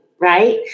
right